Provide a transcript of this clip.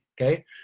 okay